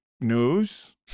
news